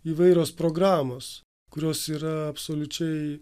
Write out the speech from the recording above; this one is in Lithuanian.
įvairios programos kurios yra absoliučiai